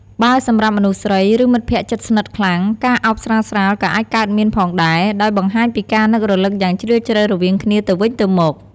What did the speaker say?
បើសម្រាប់មនុស្សស្រី ឬមិត្តភក្តិជិតស្និទ្ធខ្លាំង ការអោបស្រាលៗក៏អាចកើតមានផងដែរ ដោយបង្ហាញពីការនឹករលឹកយ៉ាងជ្រាលជ្រៅរវាងគ្នាទៅវិញទៅមក។